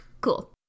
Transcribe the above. Cool